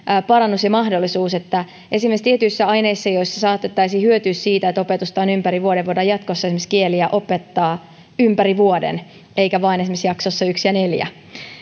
parannus ja mahdollisuus että esimerkiksi tietyissä aineissa joissa saatettaisiin hyötyä siitä että opetusta on ympäri vuoden voidaan jatkossa esimerkiksi kieliä opettaa ympäri vuoden eikä vain esimerkiksi jaksoissa yksi ja neljä